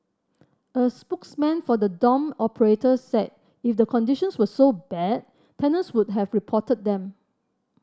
a spokesman for the dorm operator said if the conditions were so bad tenants would have reported them